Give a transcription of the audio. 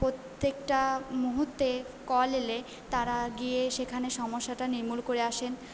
প্রত্যেকটা মুহূর্তে কল এলে তাঁরা গিয়ে সেখানে সমস্যাটা নির্মূল করে আসেন